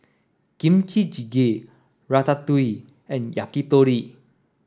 Kimchi Jjigae Ratatouille and Yakitori